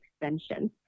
extension